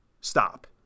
Stop